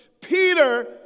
Peter